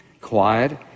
quiet